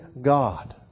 God